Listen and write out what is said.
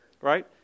right